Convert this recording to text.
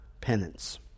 penance